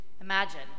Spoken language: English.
Imagine